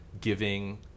giving